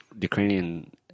Ukrainian